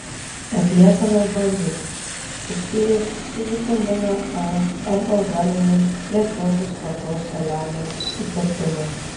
atliekame bandymus susijusius su vitamino e ar organiniu trečiosios kartos seleno įterpimu